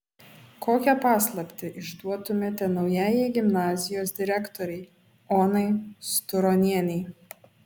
kokią paslaptį išduotumėte naujajai gimnazijos direktorei onai sturonienei